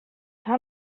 haw